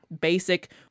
basic